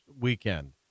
weekend